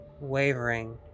wavering